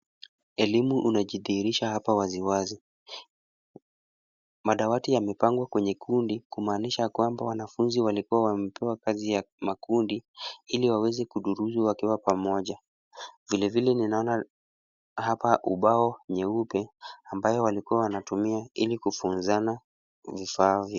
Elimu unajidhihirisha hapa waziwazi ,madawati yamepangwa kwenye kundi kumaanisha kwamba wanafunzi walikua wamepewa kazi ya makundi ili waweze kudurusu wakiwa pamoja , vilevile ninaona hapa ubao nyeupe ambayo walikua wanatumia ili kufunzana vifaavyo.